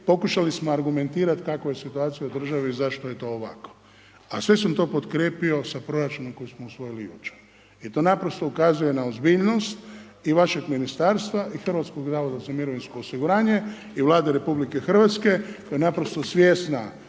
pokušali smo argumentirati kakva je situacija u državi i zašto je to ovako. A sve sam to potkrijepio sa proračunom koji smo usvojili jučer jer to naprosto ukazuje na ozbiljnost i vašeg ministarstva i HZMO-a i Vlade RH koja je naprosto svjesna